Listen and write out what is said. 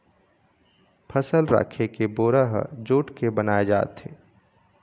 फसल राखे के बोरा ह जूट के बनाए जाथे